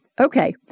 Okay